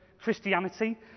Christianity